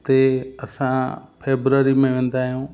उते असां फैबररी में वेंदा आहियूं